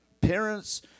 parents